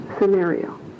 scenario